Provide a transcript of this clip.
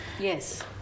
Yes